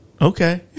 Okay